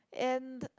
and